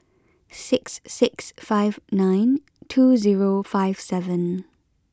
six six five nine two zero five seven